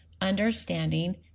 understanding